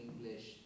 English